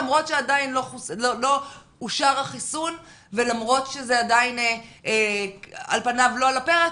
למרות שעדיין לא אושר החיסון ולמרות שזה על פניו לא על הפרק.